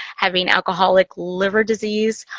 having alcoholic liver disease.